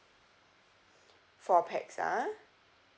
four pax ah